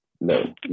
no